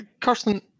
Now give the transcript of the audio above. Kirsten